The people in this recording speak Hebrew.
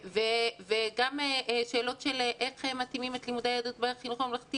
וגם שאלות איך מתאימים את לימודי היהדות בחינוך הממלכתי